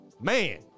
man